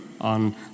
on